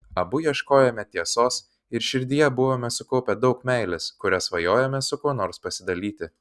abu ieškojome tiesos ir širdyje buvome sukaupę daug meilės kuria svajojome su kuo nors pasidalyti